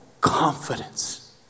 confidence